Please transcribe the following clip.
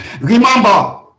Remember